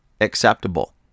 acceptable